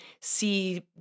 see